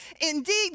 indeed